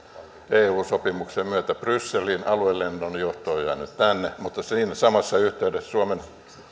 eu sopimuksen myötä brysseliin aluelennonjohto on jäänyt tänne mutta siinä samassa yhteydessä suomen